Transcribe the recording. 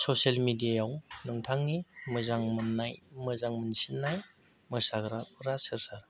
social मिडियायाव नोंथांनि मोजां मोननाय मोजां मोनसिननाय मोसाग्राफ्रा सोर सोर